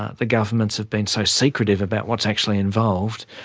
ah the governments have been so secretive about what's actually involved,